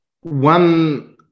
one